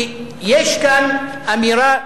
כי יש כאן אמירה,